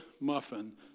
muffin